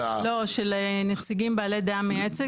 לא, של הנציגים בעלי דעה מייעצת.